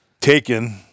Taken